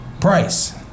Price